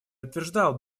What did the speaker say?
утверждал